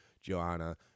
Johanna